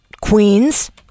queens